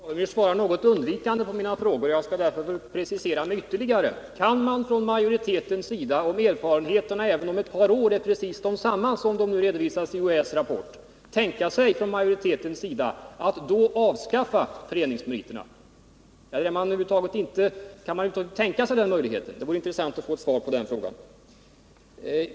Herr talman! Stig Alemyr svarar något undvikande på mina frågor. Jag skall därför precisera mig ytterligare: Kan man från majoritetens sida, om erfarenheterna även om ett par år är precis desamma som de erfarenheter som nu redovisats i UHÄ:s rapport, tänka sig att avskaffa föreningsmeriterna, eller kan man över huvud taget inte tänka sig den möjligheten? Det vore intressant att få ett svar på den frågan.